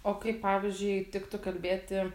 o kaip pavyzdžiui tiktų kalbėti